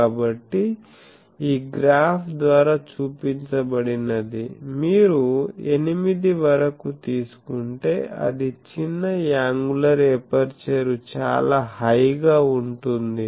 కాబట్టి ఈ గ్రాఫ్ ద్వారా చూపించబడినది మీరు 8 వరకు తీసుకుంటే అది చిన్న యాంగులర్ ఎపర్చరు చాలా హై గా ఉంటుంది